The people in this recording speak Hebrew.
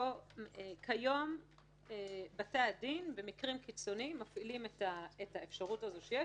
כיום בתי הדין במקרים קיצוניים מפעילים את האפשרות הזו שיש.